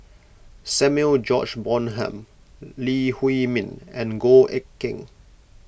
Samuel George Bonham Lee Huei Min and Goh Eck Kheng